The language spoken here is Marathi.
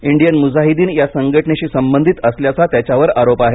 इंडियन मुजाहिदीन या संघटनेशी संबंध असल्याचा त्याच्यावर आरोप आहे